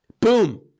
Boom